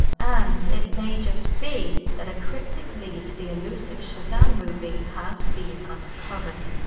and, it may just be that a cryptic lead to the elusive shazam movie has been uncovered.